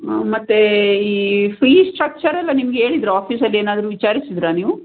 ಮತ್ತೆ ಈ ಫೀಸ್ ಸ್ಟ್ರಕ್ಚರೆಲ್ಲ ನಿಮ್ಗೇಳಿದ್ರಾ ಆಫೀಸಲ್ಲೇನಾದರೂ ವಿಚಾರಿಸಿದಿರಾ ನೀವು